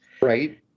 right